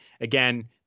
Again